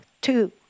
Two